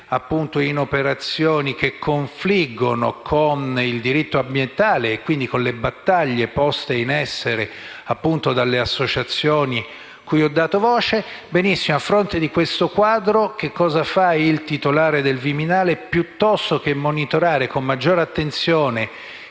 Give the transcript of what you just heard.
in operazioni che confliggono con il diritto ambientale e quindi con le battaglie poste in essere appunto dalle associazioni cui ho dato voce. A fronte di questo quadro, cosa fa il titolare del Viminale? Piuttosto che monitorare con maggiore attenzione